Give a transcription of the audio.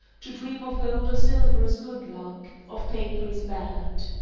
to dream of gold or silver is good luck of paper is bad.